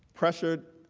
pressured